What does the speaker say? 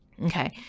Okay